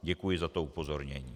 Děkuji za to upozornění.